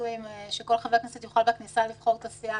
אנחנו ממשיכים את הדיון מאתמול.